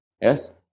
yes